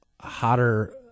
hotter